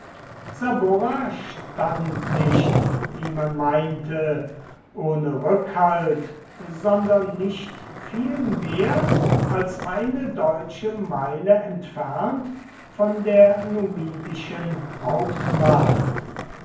saburra stand nicht wie man meinte ohne rückhalt sondern nicht viel mehr als eine deutsche meile entfernt von der numidischen hauptmacht